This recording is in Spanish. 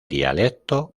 dialecto